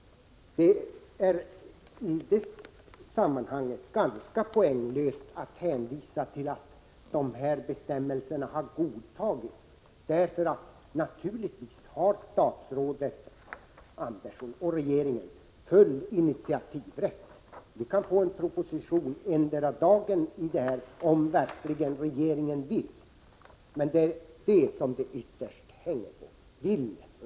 Det är i detta sammanhang ganska poänglöst att hänvisa till att bestämmelserna har godtagits av riksdagen. Naturligtvis har statsrådet Andersson och regeringen full initiativrätt. Vi kan få en proposition endera dagen om verkligen regeringen vill. Men det är just regeringens vilja det ytterst hänger på.